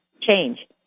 change